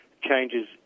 changes